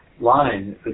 line